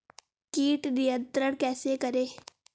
कीट नियंत्रण कैसे करें?